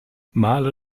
male